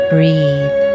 Breathe